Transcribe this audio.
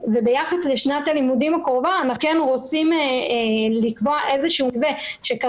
יחד עם זאת זה באמת נושא שבלי זה לא יהיה שום עסק אחר,